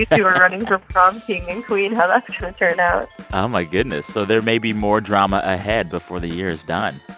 you are running for prom king and queen, how that's going to turn out oh, my goodness. so there may be more drama ahead before the year is done?